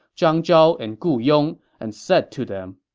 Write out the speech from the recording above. zhang zhao and gu yong, and said to them,